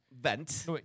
vent